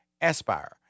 Aspire